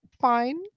fine